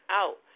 out